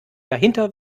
dahinter